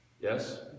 Yes